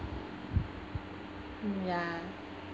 mm ya